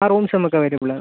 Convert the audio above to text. ആ റൂംസ് നമുക്ക് അവൈലബിളാണ്